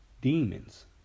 demons